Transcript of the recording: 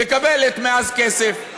מקבלת מאז כסף.